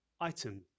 item